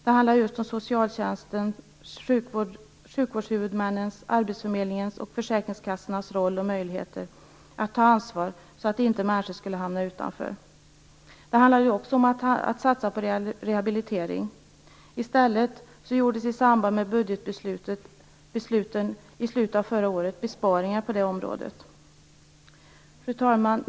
Det handlar om socialtjänstens, sjukvårdshuvudmännens, arbetsförmedlingens och försäkringskassornas möjligheter att ta ansvar för att människor inte skall hamna utanför. Det handlar också om att satsa på rehabilitering. I stället gjordes i samband med budgetbesluten i slutet av förra året besparingar på det området. Fru talman!